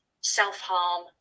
self-harm